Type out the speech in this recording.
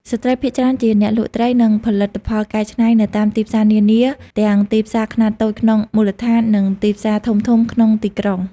ស្ត្រីភាគច្រើនជាអ្នកលក់ត្រី និងផលិតផលកែច្នៃនៅតាមទីផ្សារនានា ទាំងទីផ្សារខ្នាតតូចក្នុងមូលដ្ឋាន និងទីផ្សារធំៗក្នុងទីក្រុង។